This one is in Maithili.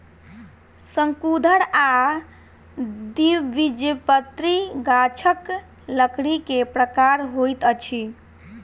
शंकुधर आ द्विबीजपत्री गाछक लकड़ी के प्रकार होइत अछि